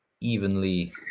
evenly